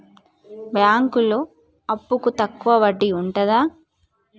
బ్యాంకులలో అప్పుకు తక్కువ వడ్డీ ఉంటదా?